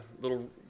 little